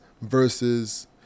versus